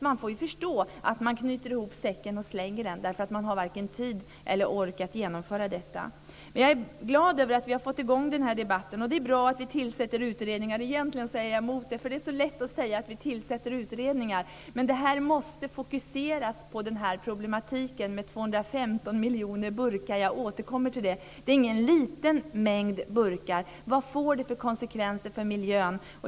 Man får förstå att de knyter ihop säcken och slänger den, därför att de har varken tid eller ork att genomföra detta. Jag är glad över att vi har fått i gång den här debatten. Det är bra att vi tillsätter utredningar. Egentligen är jag emot det, för det är så lätt att säga att vi tillsätter en utredning. Det här måste fokuseras på problematiken med 215 miljoner burkar - jag återkommer till det. Det är ingen liten mängd burkar. Vad får det för konsekvenser för miljön?